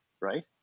right